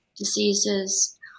Diseases